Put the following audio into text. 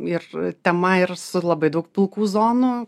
ir tema ir su labai daug pilkų zonų